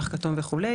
פח כתום וכו',